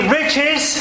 riches